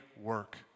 work